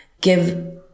give